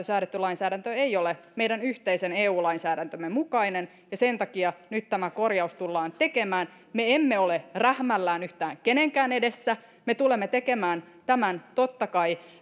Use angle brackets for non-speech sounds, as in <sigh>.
<unintelligible> säädetty lainsäädäntö ei ole meidän yhteisen eu lainsäädäntömme mukainen ja sen takia nyt tämä korjaus tullaan tekemään me emme ole rähmällään yhtään kenenkään edessä me tulemme tekemään tämän totta kai